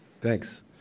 thanks